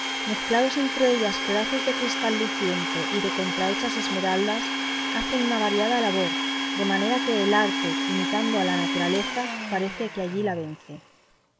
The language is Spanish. mezclados entre ellas pedazos de cristal luciente y de contrahechas esmeraldas hacen una variada labor de manera que el arte imitando a la naturaleza parece que allí la vence